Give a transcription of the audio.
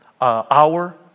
hour